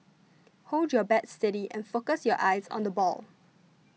hold your bat steady and focus your eyes on the ball